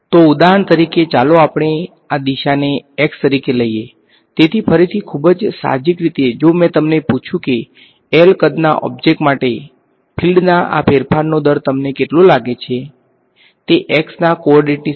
તો ઉદાહરણ તરીકે ચાલો આપણે આ દિશાને x તરીકે લઈએ તેથી ફરીથી ખૂબ જ સાહજિક રીતે જો મેં તમને પૂછ્યું કે L કદના ઓબ્જેક માટે ફિલ્ડના આ ફેરફારનો દર તમને કેટલો લાગે છે કે તે x ના કો ઓડીનેટસની સાથે